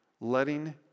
letting